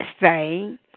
say